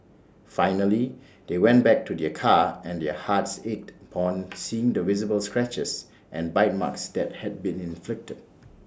finally they went back to their car and their hearts ached upon seeing the visible scratches and bite marks that had been inflicted